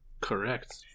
Correct